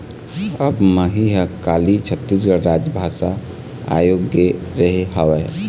अब मही ह काली छत्तीसगढ़ राजभाषा आयोग गे रेहे हँव